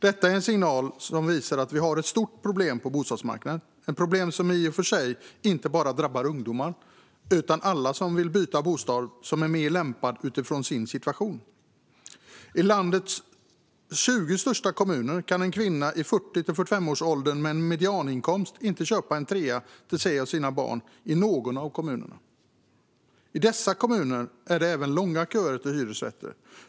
Detta är en signal som visar att vi har ett stort problem på bostadsmarknaden, ett problem som i och för sig inte bara drabbar ungdomar utan alla som vill byta till en bostad som är mer lämpad utifrån deras situation. I landets 20 största kommuner kan en kvinna i 40-45-årsåldern med en medianinkomst inte köpa en trea till sig och sina barn i någon av kommunerna. I dessa kommuner är det även långa köer till hyresrätter.